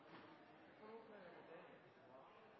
får det. Det er